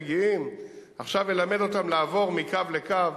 שלא מגיעים בכלל לכלל אבחון.